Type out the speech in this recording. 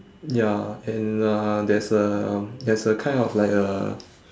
ya and uh there's a there's a kind of like uh